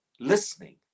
listening